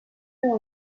nœuds